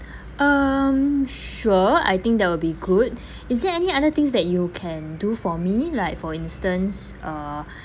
um sure I think that will be good is there any other things that you can do for me like for instance uh